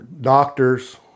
Doctors